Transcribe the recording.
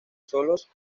solos